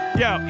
yo